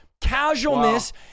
casualness